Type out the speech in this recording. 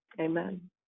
Amen